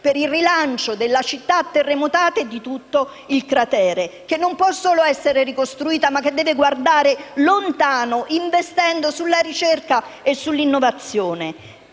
per il rilancio della città terremotata e di tutto il cratere, che non può solo essere ricostruita, ma deve guardare lontano, investendo sulla ricerca e sull'innovazione.